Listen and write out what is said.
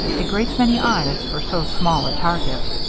a great many eyes for so small a target.